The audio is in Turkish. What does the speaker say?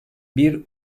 bir